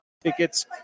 tickets